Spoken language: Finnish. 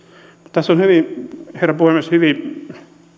tässä on herra puhemies hyvin